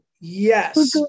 Yes